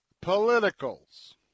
politicals